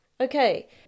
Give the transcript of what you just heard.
Okay